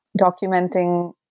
documenting